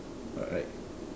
right